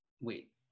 wait